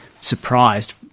surprised